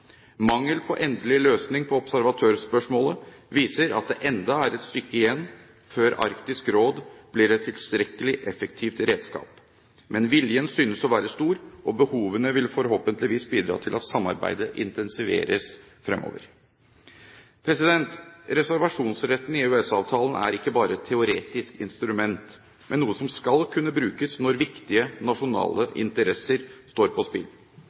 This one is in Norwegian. Mangel på endelig løsning på observatørspørsmålet viser at det ennå er et stykke igjen før Arktisk Råd blir et tilstrekkelig effektivt redskap. Men viljen synes å være stor, og behovene vil forhåpentligvis bidra til at samarbeidet intensiveres fremover. Reservasjonsretten i EØS-avtalen er ikke bare et teoretisk instrument, men noe som skal kunne brukes når viktige nasjonale interesser står på spill.